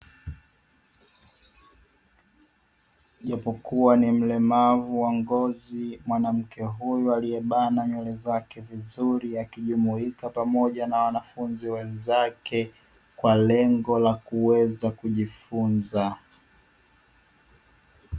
Japokua ni mlemavu wa ngozi mwanmke huyu aliebana nywele zake vizuri akijumuika pamoja na wanafunzi wenzake kwa lengo la kujifunza.